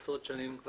כבר עשרות שנים.